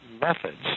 methods